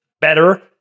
better